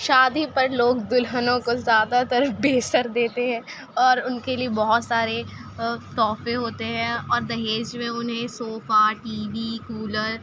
شادی پر لوگ دلہنوں کو زیادہ تر بیسر دیتے ہیں اور ان کے لیے بہت سارے تحفے ہوتے ہیں اور جہیز میں انہیں صوفا ٹی وی کولر